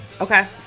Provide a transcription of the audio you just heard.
Okay